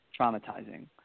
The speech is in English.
traumatizing